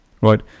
Right